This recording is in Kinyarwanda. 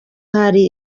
hari